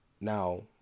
now